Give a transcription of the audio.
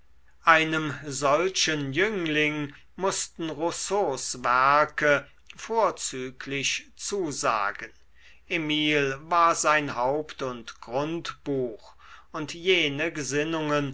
einem solchen jüngling mußten rousseaus werke vorzüglich zusagen emil war sein haupt und grundbuch und jene gesinnungen